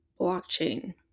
blockchain